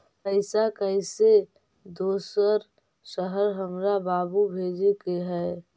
पैसा कैसै दोसर शहर हमरा बाबू भेजे के है?